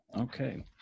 Okay